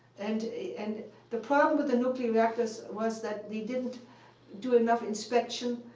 and and the problem with the nuclear reactors was that they didn't do enough inspection,